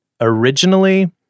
Originally